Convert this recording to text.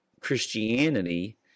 Christianity